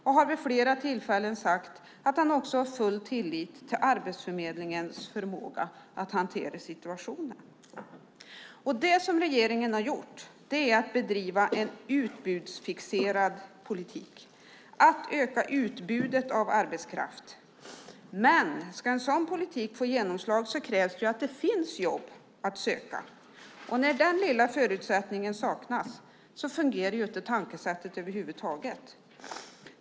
Han har vid flera tillfällen sagt att han också har full tillit till Arbetsförmedlingens förmåga att hantera situationen. Det regeringen har gjort är att bedriva en utbudsfixerad politik - att öka utbudet av arbetskraft. Men om en sådan politik ska få genomslag krävs det att det finns jobb att söka. När den lilla förutsättningen saknas fungerar inte tankesättet över huvud taget.